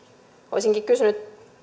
olisinkin kysynyt